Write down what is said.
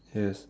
yes